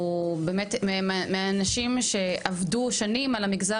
הוא באמת מהאנשים שעבדו שנים על המגזר